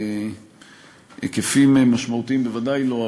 בהיקפים משמעותיים בוודאי לא,